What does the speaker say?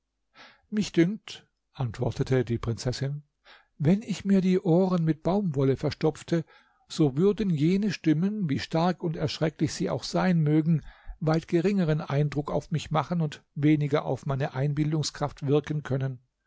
mich dünkt antwortete die prinzessin wenn ich mir die ohren mit baumwolle verstopfte so würden jene stimmen wie stark und erschrecklich sie auch sein mögen weit geringeren eindruck auf mich machen und weniger auf meine einbildungskraft wirken können